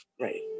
right